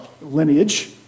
lineage